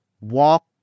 walk